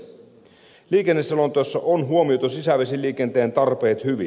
liikenneselonteossa on huomioitu sisävesiliikenteen tarpeet hyvin